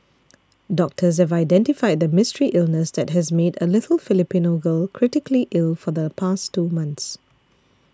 doctors have identified the mystery illness that has made a little Filipino girl critically ill for the past two months